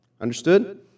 Understood